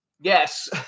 Yes